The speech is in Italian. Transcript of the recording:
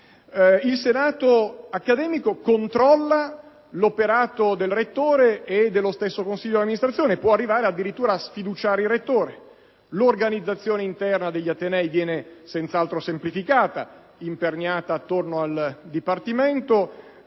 Il senato accademico controlla l'operato del rettore e dello stesso consiglio d'amministrazione e può arrivare addirittura a sfiduciare il rettore. L'organizzazione interna degli atenei viene senz'altro semplificata, imperniata attorno al dipartimento,